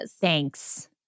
Thanks